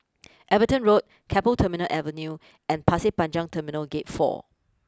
Everton Road Keppel Terminal Avenue and Pasir Panjang Terminal Gate four